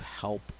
help